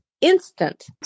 instant